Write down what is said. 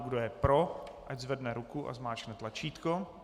Kdo je pro, ať zvedne ruku a zmáčkne tlačítko.